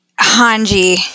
Hanji